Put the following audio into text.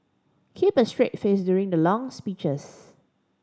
keep a straight face during the long speeches